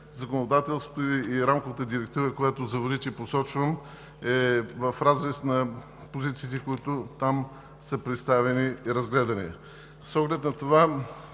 законодателството и Рамковата директива за водите е посочено, и е в разрез с позициите, които там са представени и разгледани. С оглед на това